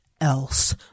else